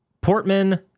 Portman